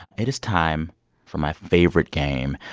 it is time for my favorite game.